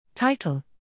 Title